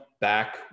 back